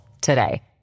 today